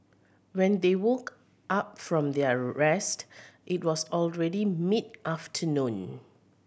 when they woke up from their rest it was already mid afternoon